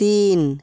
তিন